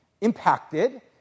impacted